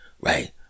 Right